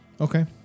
Okay